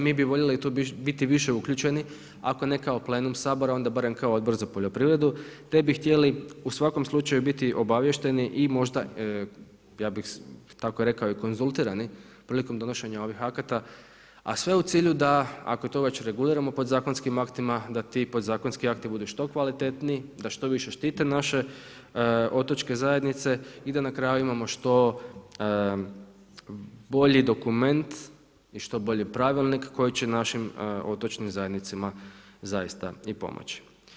Mi bi voljeli tu biti više uključeni, ako ne kao plenum Sabora, onda barem kao Odbor za poljoprivredu, te bi htjeli u svakom slučaju biti obavješteni i možda, ja bi tako rekao i konzultirani prilikom donošenjem ovih akata, a sve u cilju da ako to već reguliramo podzakonskim aktima, da ti podzakonski akti budu što kvalitetniji, da što više štite naše otočke zajednice i da na kraju imamo što bolji dokument i što bolji pravilnik koji će našim otočnim zajednicama zaista i pomoći.